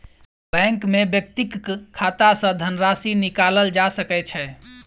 bank में व्यक्तिक खाता सॅ धनराशि निकालल जा सकै छै